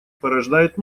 порождает